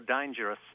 dangerous